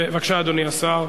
בבקשה, אדוני השר,